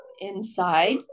inside